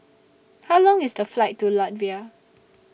How Long IS The Flight to Latvia